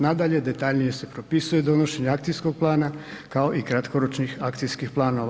Nadalje, detaljnije se propisuje donošenje akcijskog plana, kao i kratkoročnih akcijskih planova.